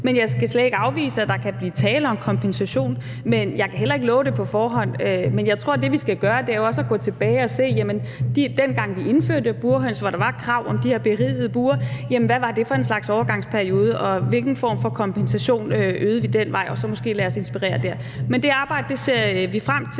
Jeg skal slet ikke afvise, at der kan blive tale om kompensation, men jeg kan ikke love det på forhånd. Jeg tror, at det, vi skal gøre, jo også er at gå tilbage og se på, hvordan det var, dengang vi indførte burhøns, hvor der var krav om de her berigede bure: Hvad var det for en slags overgangsperiode, og hvilken form for kompensation ydede vi dengang? Så kan vi måske lade os inspirere af det. Det arbejde ser vi frem til,